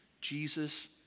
Jesus